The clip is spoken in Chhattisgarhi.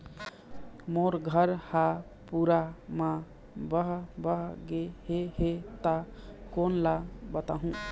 मोर घर हा पूरा मा बह बह गे हे हे ता कोन ला बताहुं?